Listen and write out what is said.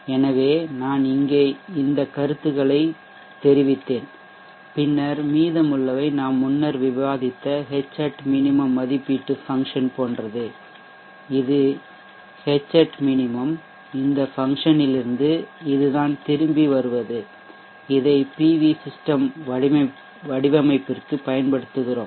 எனவே நான் இங்கே அந்தக் கருத்துகளைத் தெரிவித்தேன் பின்னர் மீதமுள்ளவை நாம் முன்னர் விவாதித்த Hat minimum மதிப்பீட்டு ஃபங்சன் போன்றது இது Hat minimum இந்த ஃபங்சன் லிருந்து இதுதான் திரும்பி வருவது இதை பி வி சிஸ்டெம் வடிவமைப்பிற்கு பயன்படுத்துகிறோம்